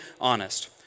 honest